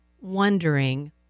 wondering